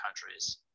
countries